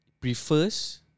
prefers